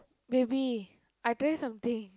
baby I tell you something